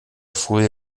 folie